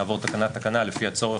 נעבור תקנה תקנה לפי הצורך,